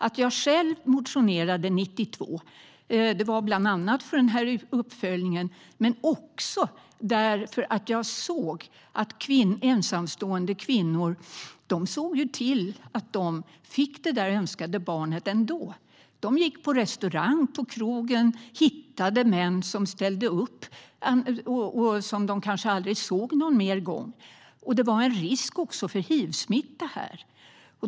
Att jag själv motionerade 1992 var bland annat för att det skulle göras en uppföljning, men också därför att ensamstående kvinnor såg till att de ändå fick det önskade barnet. De gick på restaurang och på krogen och hittade män som ställde upp, men som de kanske aldrig såg igen. Det fanns också en risk för hivsmitta.